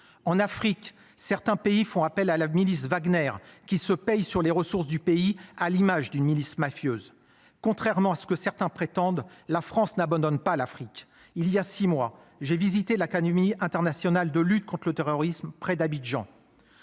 en Afrique, certains pays font appel à la milice Wagner qui se payent sur les ressources du pays, à l'image d'une milice mafieuses, contrairement à ce que certains prétendent, la France n'abandonne pas l'Afrique il y a six mois, j'ai visité l'Académie internationale de lutte contre le terrorisme, près d'Abidjan.